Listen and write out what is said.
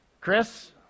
Chris